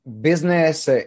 business